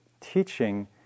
teaching